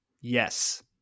Yes